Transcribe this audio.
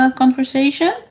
conversation